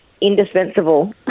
indispensable